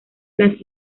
las